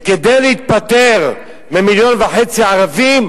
וכדי להיפטר מ-1.5 מיליון ערבים,